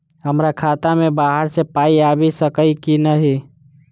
हमरा खाता मे बाहर सऽ पाई आबि सकइय की नहि?